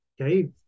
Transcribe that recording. okay